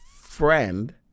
friend